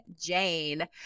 Jane